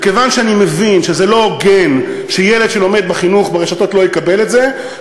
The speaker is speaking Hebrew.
מכיוון שאני מבין שזה לא הוגן שילד שלומד בחינוך ברשתות לא יקבל את זה,